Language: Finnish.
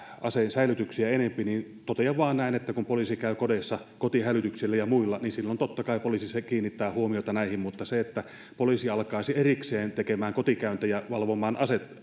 asesäilytyksiä enempi totean vain näin että kun poliisi käy kodeissa kotihälytyksillä ja muilla niin silloin totta kai poliisi kiinnittää huomiota näihin mutta siihen että poliisi alkaisi erikseen tekemään kotikäyntejä ja valvomaan